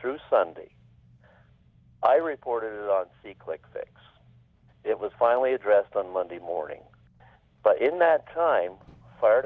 through sunday i reported on c click ix it was finally addressed on monday morning but in that time fire